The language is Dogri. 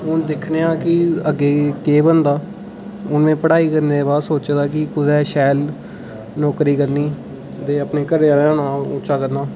हून दिक्खने आं कि अग्गें केह् बनदा हून में पढ़ाई करने दे बाद सोचे दा कि कुतै शैल नौकरी करनी ते अपने घरें आह्लें दा नांऽ उच्चा करना